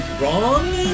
wrong